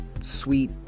sweet